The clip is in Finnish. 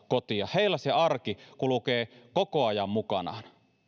kotiin heillä se arki kulkee koko ajan mukana